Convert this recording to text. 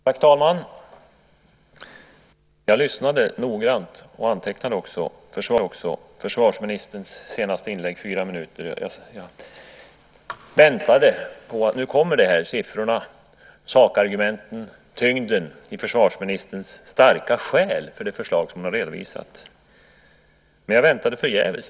Fru talman! Jag lyssnade noggrant och antecknade också försvarsministerns senaste inlägg på fyra minuter. Jag väntade på att siffrorna, sakargumenten och tyngden i försvarsministerns starka skäl för det förslag som hon har redovisat skulle komma. Men jag väntade förgäves.